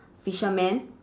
fisherman